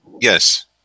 Yes